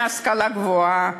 להשכלה גבוהה,